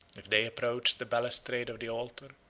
if they approached the balustrade of the altar,